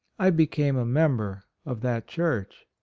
i became a member of that church.